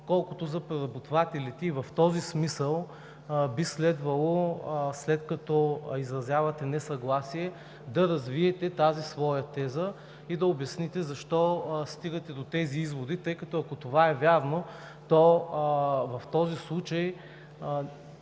колкото за преработвателите. В този смисъл би следвало, след като изразявате несъгласие, да развиете тази своя теза и да обясните защо стигате до тези изводи, тъй като, ако това е вярно, то в този случай